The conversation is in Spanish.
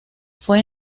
fue